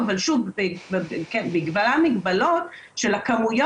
בין הפורמלי לבלתי פורמלי.